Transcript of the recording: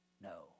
no